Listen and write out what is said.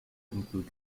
include